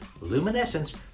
luminescence